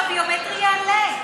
שהביומטרי יעלה.